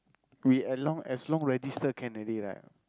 we at long as long register can already right